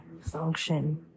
function